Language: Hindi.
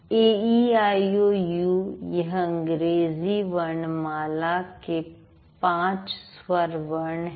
A E I O U यह अंग्रेजी वर्णमाला के ५ स्वर वर्ण हैं